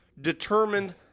determined